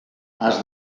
has